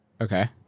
Okay